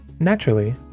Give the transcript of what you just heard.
Naturally